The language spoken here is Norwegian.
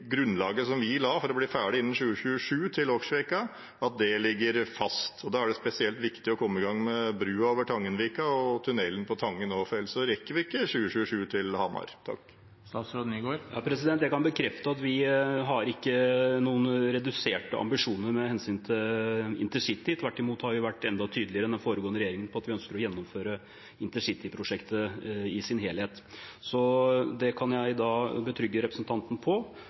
grunnlaget som vi la for å bli ferdig til Åkersvika innen 2027, ligger fast. Da er det spesielt viktig å komme i gang med brua over Tangenvika og tunnelen på Tangen, for ellers rekker vi ikke til Hamar innen 2027. Jeg kan bekrefte at vi ikke har reduserte ambisjoner med hensyn til intercity. Tvert imot har vi vært enda tydeligere enn den foregående regjeringen på at vi ønsker å gjennomføre intercityprosjektet i sin helhet. Det kan jeg betrygge representanten om. Som jeg sa i mitt foregående svar, er det Nye Veier som har disse prosjektene som representanten